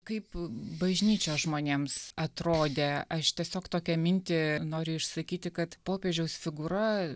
kaip bažnyčia žmonėms atrodė aš tiesiog tokią mintį noriu išsakyti kad popiežiaus figūra